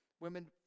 Women